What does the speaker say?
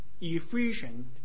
efficient